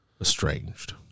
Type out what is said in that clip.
estranged